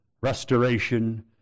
restoration